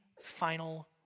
final